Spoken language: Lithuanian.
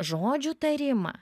žodžių tarimą